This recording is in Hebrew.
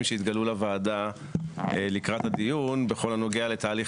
שהתגלו לוועדה לקראת הדיון בכל הנוגע לתהליך